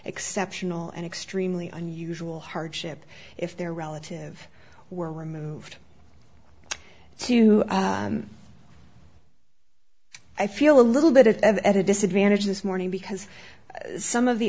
exceptional and extremely unusual hardship if their relative were removed to i feel a little bit at edit disadvantage this morning because some of the